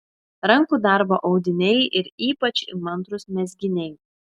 rankų darbo audiniai ir ypač įmantrūs mezginiai